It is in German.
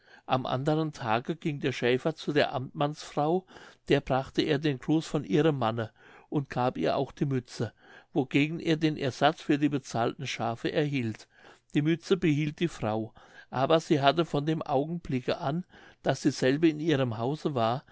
am anderen tage ging der schäfer zu der amtmannsfrau der brachte er den gruß von ihrem manne und gab ihr auch die mütze wogegen er den ersatz für die bezahlten schafe erhielt die mütze behielt die frau aber sie hatte von dem augenblicke an daß dieselbe in ihrem hause war